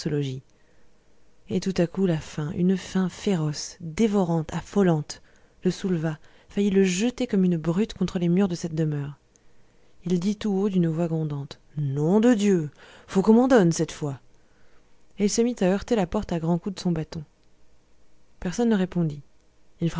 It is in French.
et tout à coup la faim une faim féroce dévorante affolante le souleva faillit le jeter comme une brute contre les murs de cette demeure il dit tout haut d'une voix grondante nom de dieu faut qu'on m'en donne cette fois et il se mit à heurter la porte à grands coups de son bâton personne ne répondit